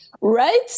right